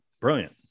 brilliant